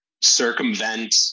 circumvent